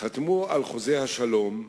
חתמו על חוזה השלום,